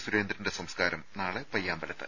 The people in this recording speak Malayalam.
സുരേന്ദ്രന്റെ സംസ്കാരം നാളെ പയ്യാമ്പലത്ത്